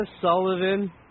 Sullivan